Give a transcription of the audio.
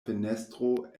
fenestro